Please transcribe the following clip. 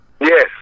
Yes